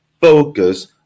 focus